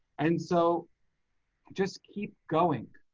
and so just keep going.